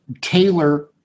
tailor